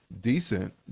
decent